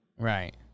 Right